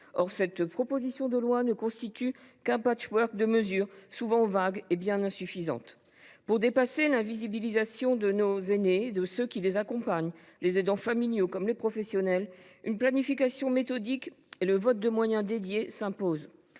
Or cette proposition de loi ne constitue qu’un patchwork de mesures, souvent vagues et bien insuffisantes. Pour dépasser l’invisibilisation de nos aînés et de ceux qui les accompagnent, aidants familiaux et professionnels, une planification méthodique et le vote de moyens dédiés s’imposent.